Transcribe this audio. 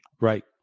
Right